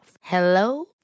Hello